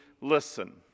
listen